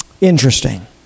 Interesting